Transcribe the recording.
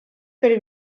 per